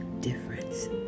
difference